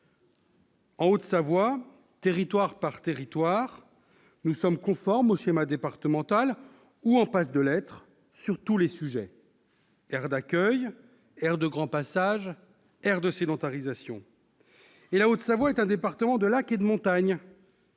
En Haute-Savoie, territoire par territoire, nous sommes en conformité avec le schéma départemental ou en passe de l'être sur tous les sujets : aires d'accueil, aires de grand passage, aires de sédentarisation. La Haute-Savoie est un département de lacs et de montagne,